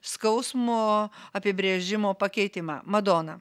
skausmo apibrėžimo pakeitimą madona